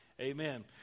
amen